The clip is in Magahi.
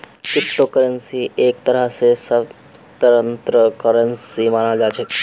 क्रिप्टो करन्सीक एक तरह स स्वतन्त्र करन्सी मानाल जा छेक